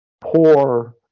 poor